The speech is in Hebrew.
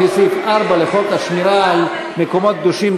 לפי סעיף 4 לחוק השמירה על מקומות קדושים,